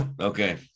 okay